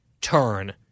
turn